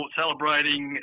celebrating